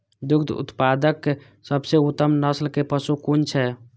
दुग्ध उत्पादक सबसे उत्तम नस्ल के पशु कुन छै?